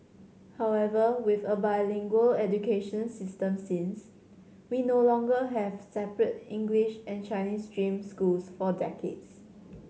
however with a bilingual education system since we no longer have separate English and Chinese stream schools for decades